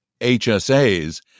HSAs